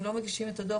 אם לא מגישים את הדוח,